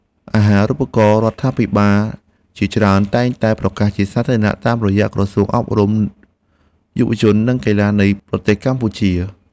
អាហារូបករណ៍រដ្ឋាភិបាលជាច្រើនតែងតែប្រកាសជាសាធារណៈតាមរយៈក្រសួងអប់រំយុវជននិងកីឡានៃប្រទេសកម្ពុជា។